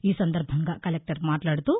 ఈసందర్బంగా కలెక్టర్ మాట్లాడుతూ